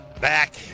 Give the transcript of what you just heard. Back